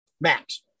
max